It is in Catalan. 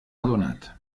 adonat